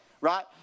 right